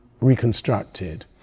reconstructed